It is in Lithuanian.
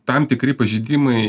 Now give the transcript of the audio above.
tam tikri pažeidimai